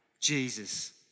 Jesus